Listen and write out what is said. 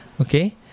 Okay